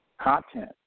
content